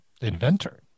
inventor